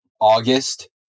August